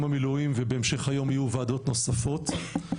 המילואים ובהמשך היום יהיו וועדות נוספות.